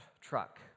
truck